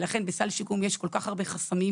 ולכן בסל שיקום יש כל כך הרבה חסמים.